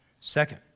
Second